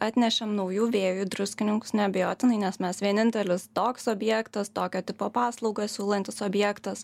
atnešėm naujų vėjų į druskininkus neabejotinai nes mes vienintelis toks objektas tokio tipo paslaugas siūlantis objektas